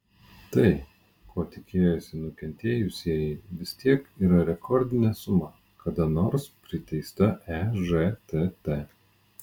tai ko tikėjosi nukentėjusieji vis tiek yra rekordinė suma kada nors priteista ežtt